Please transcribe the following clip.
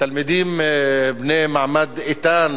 תלמידים בני מעמד איתן,